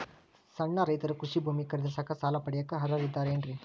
ಸಣ್ಣ ರೈತರು ಕೃಷಿ ಭೂಮಿ ಖರೇದಿಸಾಕ, ಸಾಲ ಪಡಿಯಾಕ ಅರ್ಹರಿದ್ದಾರೇನ್ರಿ?